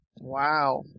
Wow